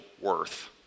worth